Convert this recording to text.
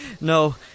No